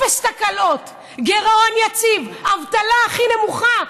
אפס תקלות, גירעון יציב, אבטלה הכי נמוכה.